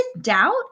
doubt